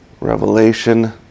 Revelation